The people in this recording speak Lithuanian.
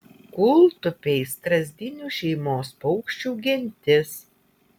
kūltupiai strazdinių šeimos paukščių gentis